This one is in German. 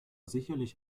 sicherlich